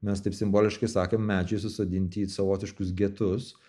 mes taip simboliškai sakėm medžiai susodinti į savotiškus getus